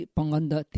Panganda